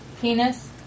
Penis